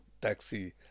taxi